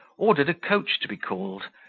ordered a coach to be called,